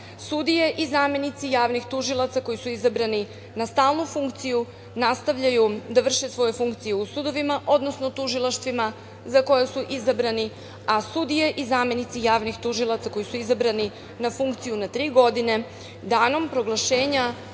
Sudije i zamenici javnih tužilaca koji su izabrani na stalnu funkciju, nastavljaju da vrše svoje funkcije u sudovima, odnosno tužilaštvima za koje su izabrani, a sudije i zamenici javnih tužilaca koji su izabrani na funkciju na tri godine, danom proglašenja